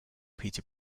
pita